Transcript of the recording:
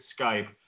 Skype